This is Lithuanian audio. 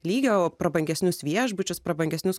lygio prabangesnius viešbučius prabangesnius